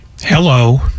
Hello